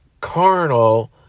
carnal